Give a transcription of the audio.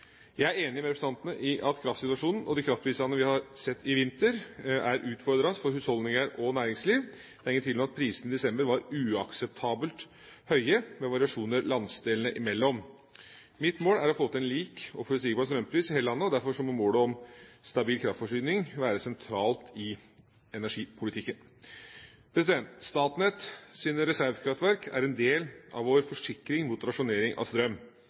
Jeg er enig med representanten i at kraftsituasjonen og de kraftprisene vi har sett i vinter, er utfordrende for husholdninger og næringsliv. Det er ingen tvil om at prisene i desember var uakseptabelt høye, med variasjoner landsdelene imellom. Mitt mål er å få til en lik og forutsigbar strømpris i hele landet. Derfor må målet om en stabil kraftforsyning være sentral i energipolitikken. Statnetts reservekraftverk er en del av vår forsikring mot rasjonering av strøm.